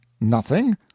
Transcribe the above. Nothing